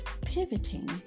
pivoting